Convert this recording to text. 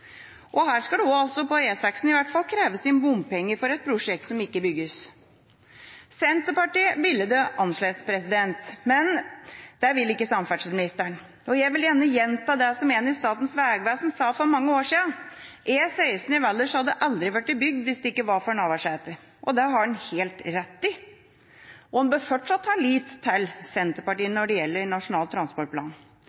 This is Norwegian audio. og her skal det også – på E6 iallfall – kreves inn bompenger for et prosjekt som ikke bygges. Senterpartiet ville det annerledes, men det vil ikke samferdselsministeren. Jeg vil gjerne gjenta det en i Statens vegvesen sa for mange år siden, at E16 i Valdres aldri hadde blitt bygd hvis det ikke var for Navarsete. Det hadde han helt rett i – og en bør fortsatt ha lit til Senterpartiet